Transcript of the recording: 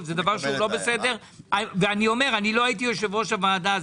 לא הייתי יושב-ראש הוועדה.